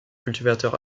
cultivateurs